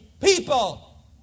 people